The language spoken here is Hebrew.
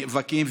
נאבקים,